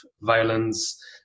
violence